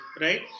right